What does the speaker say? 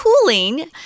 cooling